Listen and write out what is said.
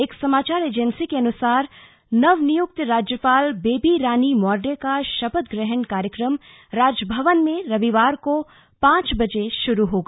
एक समाचार एजेंसी के अनुसार नव नियुक्त राज्यपाल बेबी रानी मौर्य का शपथ ग्रहण कार्यक्रम राजभवन में रविवार को पांच बजे शुरू होगा